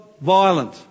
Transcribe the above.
violent